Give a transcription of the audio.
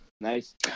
Nice